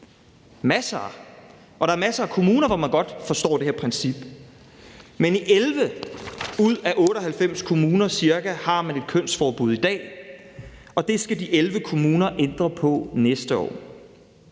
masser. Og der er masser af kommuner, hvor man godt forstår det her princip. Men i ca. 11 ud af 98 kommuner har man i dag et kønsforbud, og det skal de 11 kommuner ændre på næste år.